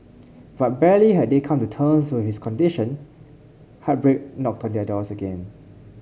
but barely had they come to turns with his condition heartbreak knocked their doors again